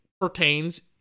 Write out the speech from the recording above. pertains